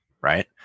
right